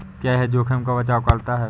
क्या यह जोखिम का बचाओ करता है?